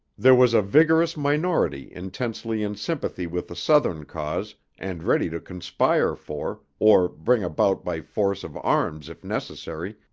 there was a vigorous minority intensely in sympathy with the southern cause and ready to conspire for, or bring about by force of arms if necessary,